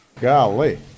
Golly